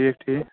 ٹھیٖک ٹھیٖک